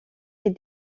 est